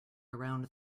around